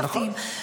נכון.